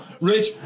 rich